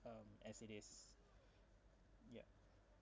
um as it is ya